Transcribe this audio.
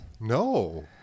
No